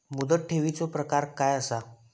मुदत ठेवीचो प्रकार काय असा?